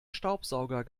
staubsauger